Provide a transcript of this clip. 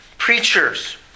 Preachers